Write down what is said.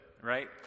right